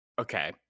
Okay